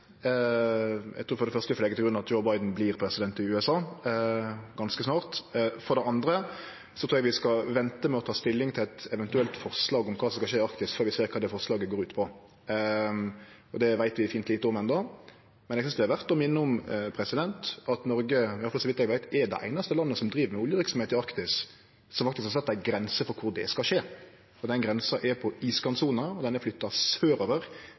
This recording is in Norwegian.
i USA ganske snart. For det andre trur eg vi skal vente med å ta stilling til eit eventuelt forslag om kva som skal skje i Arktis, før vi ser kva det forslaget går ut på. Det veit vi fint lite om enno. Men eg synest det er verdt å minne om at Noreg – i alle fall så vidt eg veit – er det einaste landet som driv med oljeverksemd i Arktis, og som har sett ei grense for kvar det skal skje. Den grensa er ved iskantsona og er flytta sørover